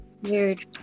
Weird